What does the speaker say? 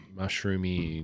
mushroomy